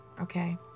Okay